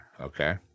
Okay